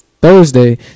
Thursday